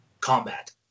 combat